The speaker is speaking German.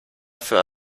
für